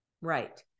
right